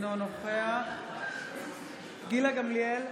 אינו נוכח גילה גמליאל,